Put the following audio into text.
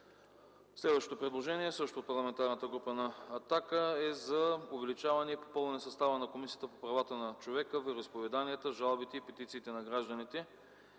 Следващото предложение също от Парламентарната група на „Атака” е за увеличаване и попълване състава на Комисията по правата на човека, вероизповеданията, жалбите и петициите на гражданите.